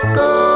go